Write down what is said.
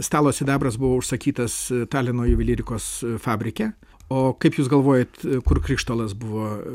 stalo sidabras buvo užsakytas talino juvelyrikos fabrike o kaip jūs galvojat kur krištolas buvo